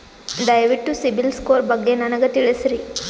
ದಯವಿಟ್ಟು ಸಿಬಿಲ್ ಸ್ಕೋರ್ ಬಗ್ಗೆ ನನಗ ತಿಳಸರಿ?